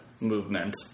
movement